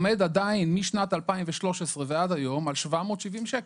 עומד עדיין משנת 2013 ועד היום על 770 שקל.